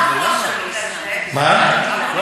אבל